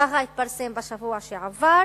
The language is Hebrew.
כך התפרסם בשבוע שעבר,